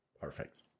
Perfect